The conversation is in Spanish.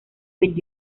with